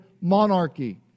monarchy